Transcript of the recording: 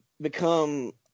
become